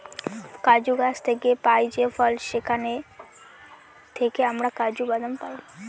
কাজু গাছ থেকে পাই যে ফল সেখান থেকে আমরা কাজু বাদাম পাই